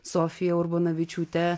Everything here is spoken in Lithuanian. sofija urbanavičiūtė